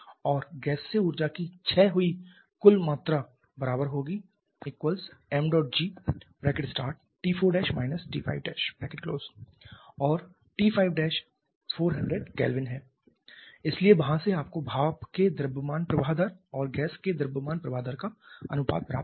और गैस से ऊर्जा की छय हुई कुल मात्रा बराबर होगी mgT4 T5 और T5 400 K है इसलिए वहां से आपको भाप के द्रव्यमान प्रवाह दर और गैस के द्रव्यमान प्रवाह दर का अनुपात प्राप्त होगा